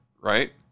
right